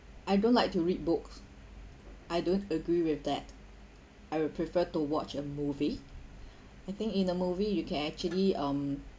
I don't like to read books I don't agree with that I will prefer to watch a movie I think in the movie you can actually um